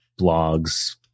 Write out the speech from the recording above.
blogs